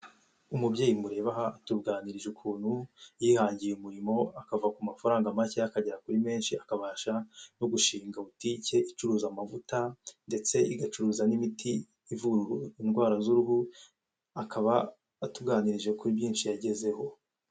Umubyeyi mureba aha atuganirije ukuntu yihangiye umurimo akava ku mafaranga make akagera kuri menshi akabasha no gushinga butike icuruza amavuta ndetse agacuruza n'imiti ivura indwara z'uruhu akaba atuganirije kuri byinshi yagezeho.